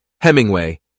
Hemingway